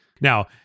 Now